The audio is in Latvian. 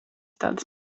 tādas